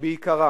שעיקרה